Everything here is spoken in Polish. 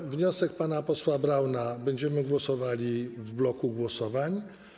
Nad wnioskiem pana posła Brauna będziemy głosowali w bloku głosowań.